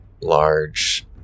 large